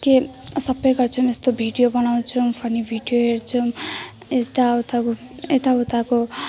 के सबै गर्छौँ यस्तो भिडियो बनाउँछौँ फनी भिडियो हेर्छौँ यताउता घुम् यताउताको